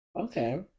Okay